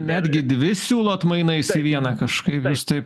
netgi dvi siūlot mainais į vieną kažkaip jūs taip